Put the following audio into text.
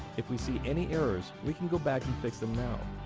if we see any errors, we can go back and fix them now.